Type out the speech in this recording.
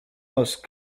most